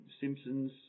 Simpson's